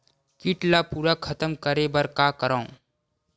कीट ला पूरा खतम करे बर का करवं?